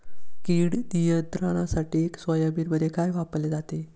कीड नियंत्रणासाठी सोयाबीनमध्ये काय वापरले जाते?